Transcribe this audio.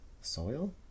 Soil